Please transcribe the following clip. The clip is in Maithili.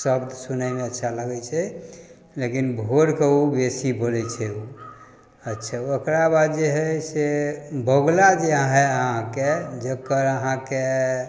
शब्द सुनैमे अच्छा लागै छै लेकिन भोरके ओ बेसी बोलै छै अच्छा ओकरा बाद जे हइ से बगुला जे हइ अहाँके जकर अहाँके